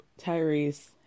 Tyrese